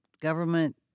government